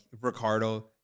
Ricardo